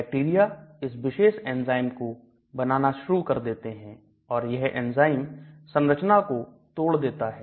bacteria इस विशेष enzyme को बनाना शुरु कर देते हैं और यह एंजाइम संरचना को तोड़ देता है